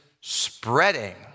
spreading